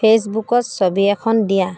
ফেইচবুকত ছবি এখন দিয়া